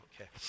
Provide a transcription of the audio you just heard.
okay